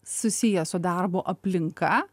susiję su darbo aplinka